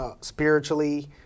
spiritually